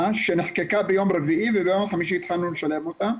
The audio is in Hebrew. שנחקקה ביום רביעי וביום חמישי התחלנו לשלם אותה.